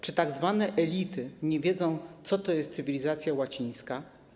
Czy tzw. elity nie wiedzą, co to jest cywilizacja łacińska?